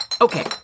Okay